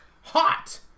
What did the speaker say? Hot